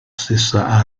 stessa